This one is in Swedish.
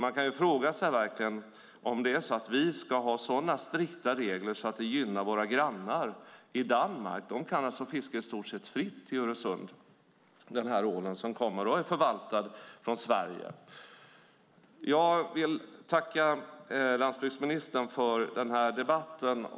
Man kan verkligen fråga sig om vi ska ha så strikta regler att det gynnar våra grannar i Danmark. De kan alltså fiska denna ål i stort sett fritt i Öresund trots att den kommer från Sverige och är förvaltad här. Jag vill tacka landsbygdsministern för debatten.